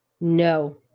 no